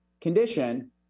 condition